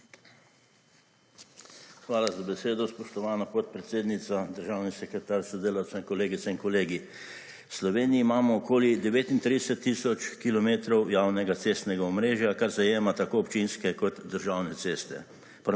Hvala za besedo, spoštovana podpredsednica. Državni sekretar s sodelavci, kolegice in kolegi. V Sloveniji imamo okoli 39 tisoč kilometrov javnega cestnega omrežja, kar zajema tako občinske kot državne ceste.